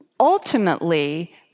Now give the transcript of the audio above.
Ultimately